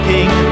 King